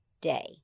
day